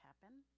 happen